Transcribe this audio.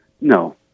no